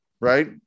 right